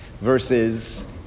versus